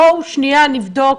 בואו שניה נבדוק,